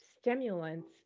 stimulants